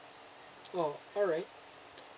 oh alright